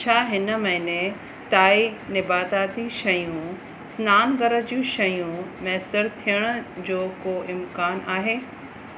छा हिन महीने ताईं निबाताती शयूं सनानुघरु जूं शयूं मुयसरु थियण जो को इम्कानु आहे